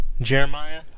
Jeremiah